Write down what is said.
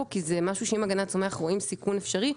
כי זה משהו שאם הגנת הצומח רואים סיכון אפשרי,